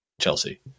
Chelsea